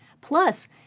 plus